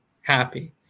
happy